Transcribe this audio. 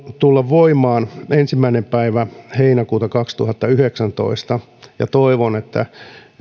tulla voimaan ensimmäinen päivä heinäkuuta kaksituhattayhdeksäntoista ja toivon että tämä